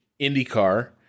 IndyCar